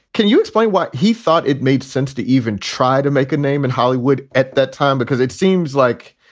can you explain why he thought it made sense to even try to make a name in hollywood at that time? because it seems like,